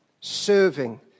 serving